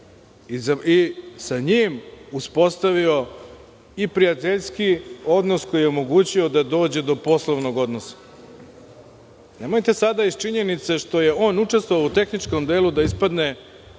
i sa njim uspostavio i prijateljski odnos, koji je omogućio da dođe do poslovnog odnosa. Nemojte sada iz činjenice što je on učestvovao u tehničkom delu da ispadne